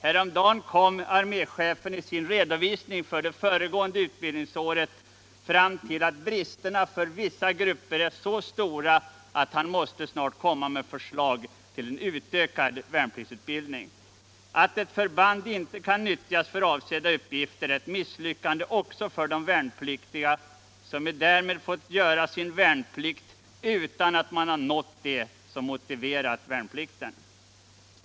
Häromdagen kom arméchefen i sin redovisning för det föregående utbildningsåret fram till att bristerna för vissa grupper är så stora att han snart måste lägga fram förslag om en utökad värnpliktsutbildning. Att ett förband inte kan nyttjas för avsedda uppgifter är ett misslyckande också för de viärnpliktiga, som ju därmed har fått göra sin värnplikt utan att ha nått det mål som motiverat den.